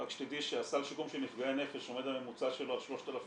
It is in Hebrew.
רק שתדעי שהסל שיקום של נפגעי הנפש עומד על ממוצע של 3,300